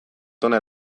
tona